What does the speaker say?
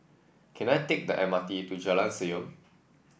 can I take the M R T to Jalan Senyum